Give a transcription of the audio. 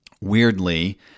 Weirdly